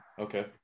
okay